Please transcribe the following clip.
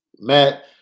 Matt